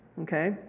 Okay